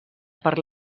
per